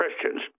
Christians